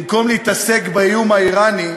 במקום להתעסק באיום האיראני,